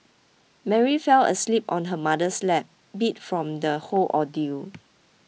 Mary fell asleep on her mother's lap beat from the whole ordeal